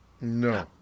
No